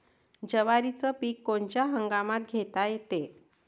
जवारीचं पीक कोनच्या हंगामात घेता येते?